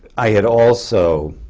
i had also,